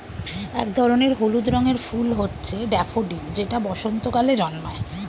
এক ধরনের হলুদ রঙের ফুল হচ্ছে ড্যাফোডিল যেটা বসন্তকালে জন্মায়